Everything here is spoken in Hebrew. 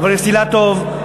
חבר הכנסת אילטוב.